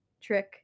trick